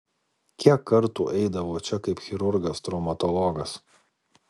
kiek kartų eidavau čia kaip chirurgas traumatologas